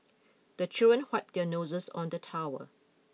the children wipe their noses on the towel